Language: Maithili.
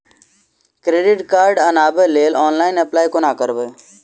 क्रेडिट कार्ड बनाबै लेल ऑनलाइन अप्लाई कोना करबै?